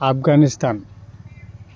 Afghanistan